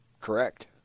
Correct